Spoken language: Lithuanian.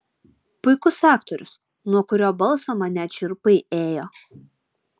puikus aktorius nuo kurio balso man net šiurpai ėjo